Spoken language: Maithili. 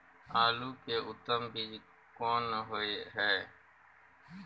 आलू के उत्तम बीज कोन होय है?